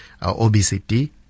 obesity